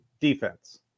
defense